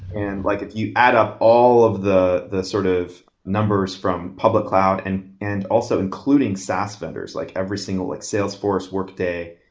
and like if you add up all of the the sort of numbers from public cloud and and also including sas vendors, like every single like salesforce, workday,